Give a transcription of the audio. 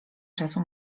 czasu